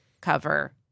cover